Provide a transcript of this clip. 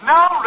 Now